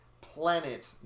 planet